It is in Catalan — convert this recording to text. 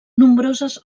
nombroses